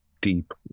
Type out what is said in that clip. deep